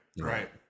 right